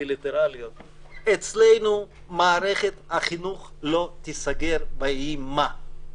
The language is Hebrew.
שאצלם מערכת החינוך לא תיסגר ויהי מה.